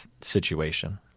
situation